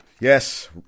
Yes